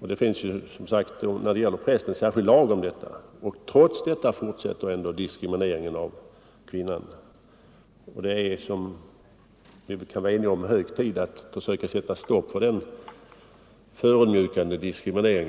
och när det gäller präster finns det som sagt en särskild lag om detta. Trots detta fortsätter ändå diskrimineringen av kvinnan. Det är — vilket vi kan vara eniga om — hög tid att försöka sätta stopp för denna förödmjukande diskriminering.